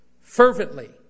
fervently